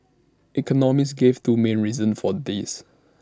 economists gave two main reasons for this